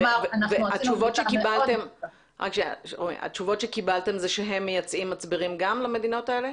התשובות שקיבלתם הן שגם הם מייצאים מצברים למדינות האלה?